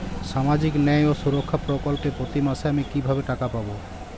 সামাজিক ন্যায় ও সুরক্ষা প্রকল্পে প্রতি মাসে আমি কিভাবে টাকা পাবো?